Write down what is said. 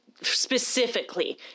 specifically